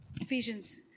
Ephesians